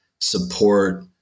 support